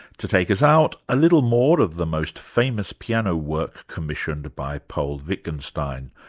to take us out, a little more of the most famous piano work commissioned by paul wittgenstein,